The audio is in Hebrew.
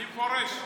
אני פורש.